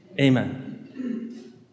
amen